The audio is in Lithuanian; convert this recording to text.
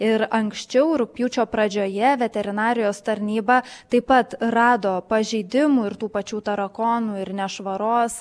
ir anksčiau rugpjūčio pradžioje veterinarijos tarnyba taip pat rado pažeidimų ir tų pačių tarakonų ir nešvaros